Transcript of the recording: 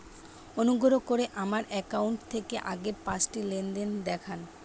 অনুগ্রহ করে আমার অ্যাকাউন্ট থেকে আগের পাঁচটি লেনদেন দেখান